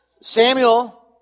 Samuel